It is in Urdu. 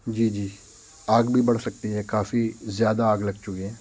جی جی آگ بھی بڑھ سکتی ہے کافی زیادہ آگ لگ چکی ہے